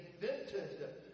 invented